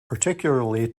particularly